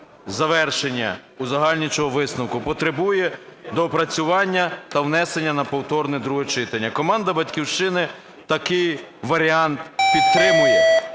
завершення узагальнюючого висновку: "Потребує доопрацювання та внесення на повторне друге читання". Команда "Батьківщини" такий варіант підтримує.